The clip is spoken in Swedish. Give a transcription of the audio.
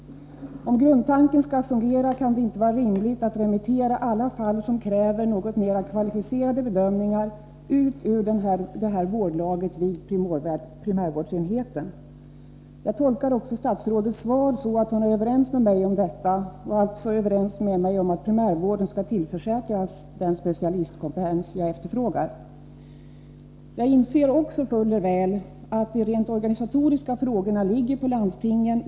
Om grundtanken skall fungera, kan det inte vara rimligt att remittera alla fall som kräver något mer kvalificerade bedömningar ut ur detta vårdlag vid primärvårdsenheten. Jag tolkar också statsrådets svar så, att hon är överens med mig om detta och alltså är överens med mig om att primärvården skall tillförsäkras den specialistkompetens jag efterfrågat. Jag inser fuller väl att de rent organisatoriska frågorna ligger på landstingen.